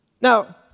Now